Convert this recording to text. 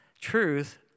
truth